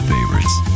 Favorites